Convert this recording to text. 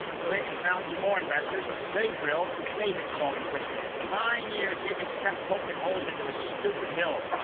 so higgins found some more investors. they drilled, they hit salt and quicksand. for nine years higgins kept poking holes into his stupid hill,